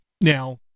Now